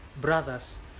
brothers